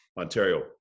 Ontario